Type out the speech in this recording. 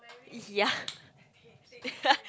yeah